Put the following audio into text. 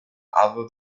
other